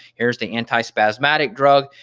here's the antispasmodic drug,